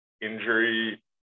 injury